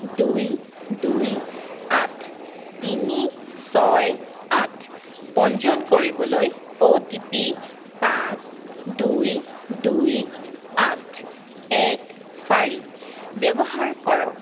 দুই দুই আঠ তিনি ছয় আঠ পঞ্জীয়ন কৰিবলৈ অ' টি পি পাঁচ দুই দুই আঠ এক চাৰি ব্যৱহাৰ কৰক